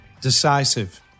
decisive